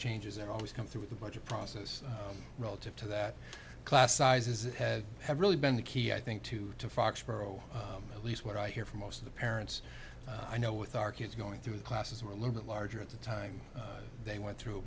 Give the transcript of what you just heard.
changes are always come through the budget process relative to that class sizes it had have really been the key i think to to foxborough at least what i hear from most of the parents i know with our kids going through the classes were a little bit larger at the time they went through